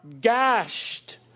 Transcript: gashed